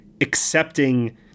accepting